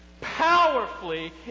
powerfully